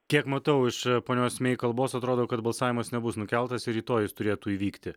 kiek matau iš ponios mey kalbos atrodo kad balsavimas nebus nukeltas ir rytoj jis turėtų įvykti